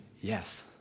yes